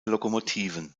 lokomotiven